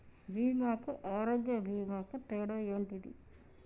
బీమా కు ఆరోగ్య బీమా కు తేడా ఏంటిది?